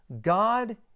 God